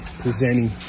presenting